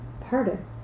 pardon